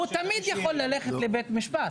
הוא תמיד יכול ללכת לבית משפט.